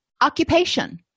Occupation